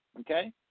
Okay